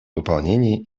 выполнении